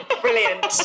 Brilliant